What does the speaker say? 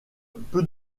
peu